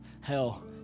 hell